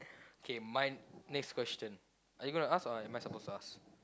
K my next question are you gonna ask or am I supposed to ask